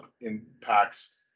impacts